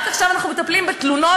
רק עכשיו אנחנו מטפלים בתלונות,